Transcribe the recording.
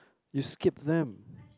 you skipped them